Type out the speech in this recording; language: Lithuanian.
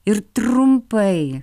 ir trumpai